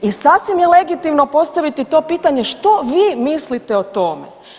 I sasvim je legitimno postaviti to pitanje što vi mislite o tome?